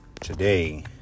Today